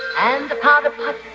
and the powder puff,